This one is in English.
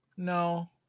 No